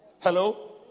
Hello